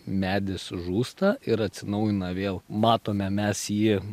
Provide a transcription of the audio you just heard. medis žūsta ir atsinaujina vėl matome mes jį